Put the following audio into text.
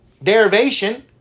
Derivation